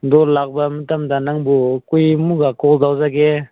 ꯑꯗꯨ ꯂꯥꯛꯄ ꯃꯇꯝꯗ ꯅꯪꯕꯨ ꯑꯩꯈꯣꯏ ꯑꯃꯨꯛꯀ ꯀꯣꯜ ꯇꯧꯖꯒꯦ